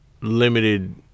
limited